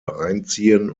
einziehen